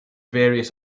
various